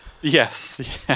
Yes